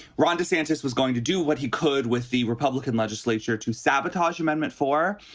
ron desantis was going to do what he could with the republican legislature to sabotage amendment four.